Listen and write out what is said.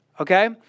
Okay